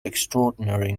extraordinary